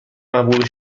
محبوب